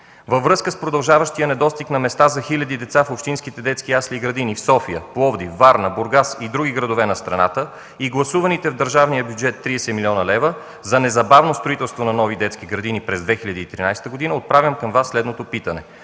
във връзка с продължаващия недостиг на места за хиляди деца в общински детски ясли и градини в София, Пловдив, Варна, Бургас и други градове на страната и гласуваните в държавния бюджет 30 млн. лв. за незабавно строителство на нови детски градини през 2013 г., отправям към Вас следното питане: